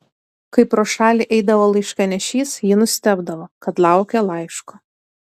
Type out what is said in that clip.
kai pro šalį eidavo laiškanešys ji nustebdavo kad laukia laiško